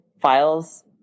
files